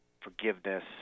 forgiveness